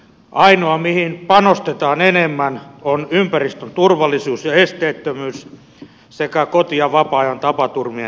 ainoa mihin panostetaan enemmän on ympäristön turvallisuus ja esteettömyys sekä koti ja vapaa ajan tapaturmien ehkäisy